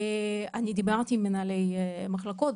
אני דיברתי עם מנהלי מחלקות,